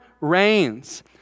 reigns